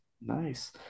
nice